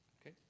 Okay